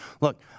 look